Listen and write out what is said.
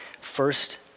First